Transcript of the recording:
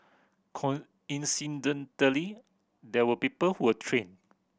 coincidentally there were people who were trained